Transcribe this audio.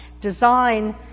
design